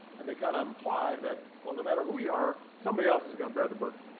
and they kind of imply that, well, no matter who you are, somebody else is going to bear the burden.